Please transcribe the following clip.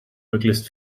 möglichst